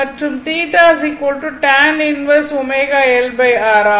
மற்றும் ஆகும்